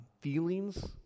feelings